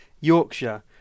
Yorkshire